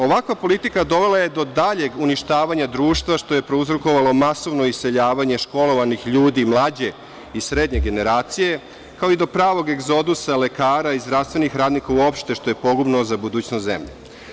Ovakva politika dovela do daljeg uništavanja društva, što je prouzrokovalo masovno iseljavanje školovanih ljudi mlađe i srednje generacije, kao i do pravog egzodusa lekara i zdravstvenih radnika uopšte, što je pogubno za budućnost zemlje.